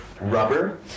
Rubber